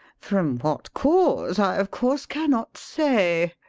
from what cause i, of course, cannot say.